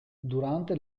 durante